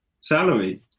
salary